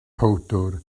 powdwr